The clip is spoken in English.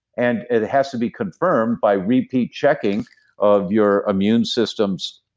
and it has to be confirmed by repeat checking of your immune system's